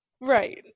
Right